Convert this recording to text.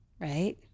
right